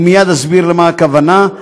ומייד אסביר למה הכוונה,